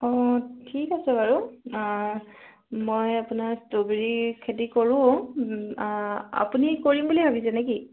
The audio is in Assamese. অ ঠিক আছে বাৰু মই আপোনাক ষ্ট্ৰবেৰী খেতি কৰোঁ আপুনি কৰিম বুলি ভাবিছেনে কি